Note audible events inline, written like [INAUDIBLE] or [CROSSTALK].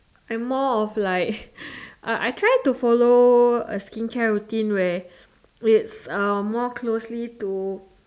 I'm more of like [BREATH] uh I try to follow a skincare routine where it's uh more closely to